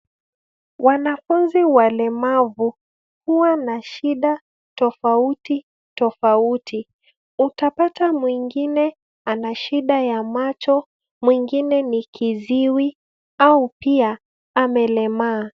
Wanafunzi walemavu huwa na shida tofauti tofauti. Utapata mwingine ana shida ya macho, mwingine ni kiziwi au pia amelemaa.